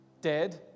dead